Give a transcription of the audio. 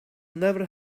never